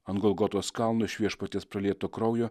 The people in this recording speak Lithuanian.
ant golgotos kalno iš viešpaties pralieto kraujo